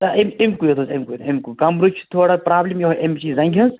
آ اَمہِ اَمہِ کُے یوت حظ اَمہِ کُے اَمہِ کُے کَمرس چھِ تھوڑا پرٛابلِم یُہوٚے اَمچی زنگہِ ہِنٛز